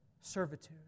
servitude